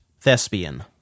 thespian